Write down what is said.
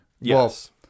Yes